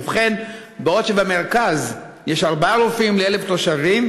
ובכן, בעוד במרכז יש ארבעה רופאים ל-1,000 תושבים,